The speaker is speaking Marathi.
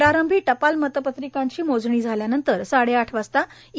प्रारंभी टपाल मतपत्रिकांची मोजणी झाल्यानंतर साडेआठ वाजता ई